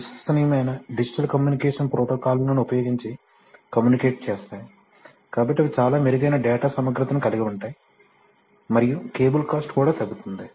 విశ్వసనీయమైన digital communication ప్రోటోకాల్లను ఉపయోగించి కమ్యూనికేట్ చేస్తాయి కాబట్టి అవి చాలా మెరుగైన డేటా సమగ్రతను కలిగి ఉంటాయి మరియు కేబుల్ కాస్ట్ కూడా తగ్గుతుంది